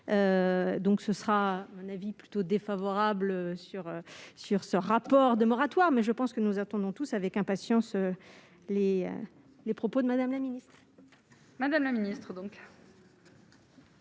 Donc ce sera un avis plutôt défavorable sur sur ce rapport de moratoire, mais je pense que nous attendons tous avec impatience les les propos de Madame la ministre. Madame la ministre, donc.